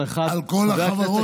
כל החברות,